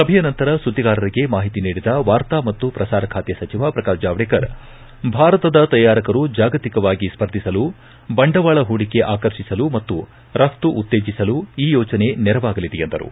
ಸಭೆಯ ನಂತರ ಸುದ್ದಿಗಾರರಿಗೆ ಮಾಹಿತಿ ನೀಡಿದ ವಾರ್ತಾ ಮತ್ತು ಪ್ರಸಾರ ಖಾತೆ ಸಚಿವ ಪ್ರಕಾಶ್ ಜಾವ್ದೇಕರ್ ಭಾರತದ ತಯಾರಕರು ಜಾಗತಿಕವಾಗಿ ಸ್ಪರ್ಧಿಸಲು ಬಂಡವಾಳ ಹೂಡಿಕೆ ಆಕರ್ಷಿಸಲು ಮತ್ತು ರಫ್ತು ಉತ್ತೇಜಿಸಲು ಈ ಯೋಜನೆ ನೆರವಾಗಲಿದೆ ಎಂದರು